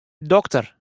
dokter